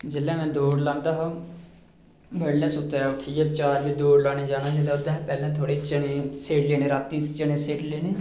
जेल्लै मैं दौड़ लांदा हा बड्डलै सुत्ते दा उट्ठियै चार बजे दौड़ लान जाना जेल्लै ओह्दे शा पैह्ले थोह्ड़े चने सेड़ी लैने रातीं चने सेड़ी लैने